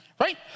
Right